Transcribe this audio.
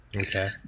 Okay